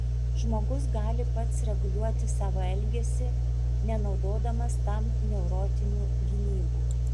žmogus gali pats reguliuoti savo elgesį nenaudodamas tam neurotinių gynybų